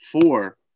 four